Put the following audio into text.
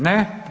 Ne.